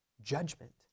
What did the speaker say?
judgment